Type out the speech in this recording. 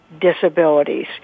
disabilities